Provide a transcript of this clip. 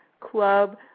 Club